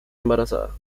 embarazada